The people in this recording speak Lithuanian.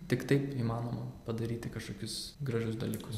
tik taip įmanoma padaryti kažkokius gražius dalykus gerus